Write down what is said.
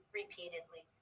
repeatedly